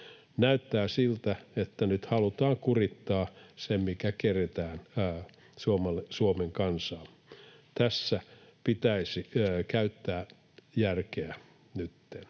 Näyttää siltä, että nyt halutaan kurittaa Suomen kansaa se, mikä keretään. Tässä pitäisi käyttää järkeä nytten